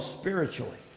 spiritually